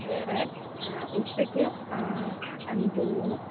വേറെ ഉച്ചയ്ക്ക് അഞ്ച് ഊണ്